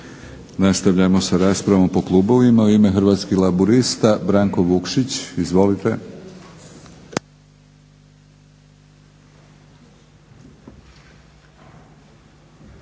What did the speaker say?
Nastavljamo s raspravom po klubovima. U ime Hrvatskih laburista Branko Vukšić. Izvolite.